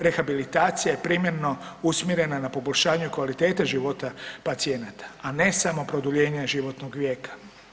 Rehabilitacija je primjerno usmjerena na poboljšanje kvalitete života pacijenata, a ne samo produljenje životnog vijeka.